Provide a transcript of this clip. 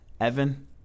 Evan